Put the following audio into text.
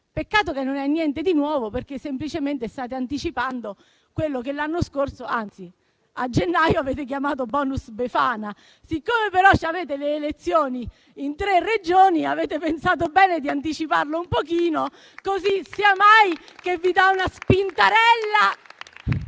peccato che non è niente di nuovo, perché semplicemente state anticipando quello che l'anno scorso, anzi a gennaio, avete chiamato *bonus* Befana. Siccome però avete le elezioni in tre Regioni, avete pensato bene di anticiparlo un pochino, non sia mai che vi dà una spintarella,